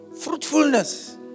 Fruitfulness